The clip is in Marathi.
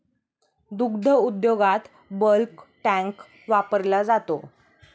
दुग्ध उद्योगात बल्क टँक वापरला जातो